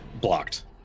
blocked